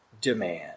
demand